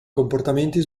comportamenti